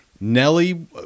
Nelly